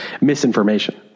misinformation